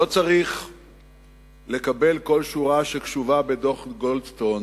לא צריך לקבל כל שורה שקשורה בדוח גולדסטון